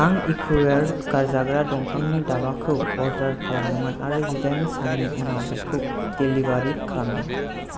आं इक'वेयार गारजाग्रा दंफांनि दाबाखौ अर्डार खालामदोंमोन आरो जिदाइन साननि उनाव बेखौ डेलिबारि खालामदों